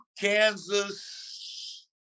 Kansas